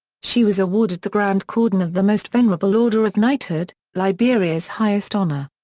she was awarded the grand cordon of the most venerable order of knighthood, liberia's highest honor.